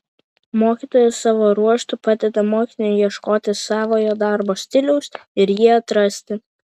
mokytojas savo ruožtu padeda mokiniui ieškoti savojo darbo stiliaus ir jį atrasti